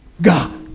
God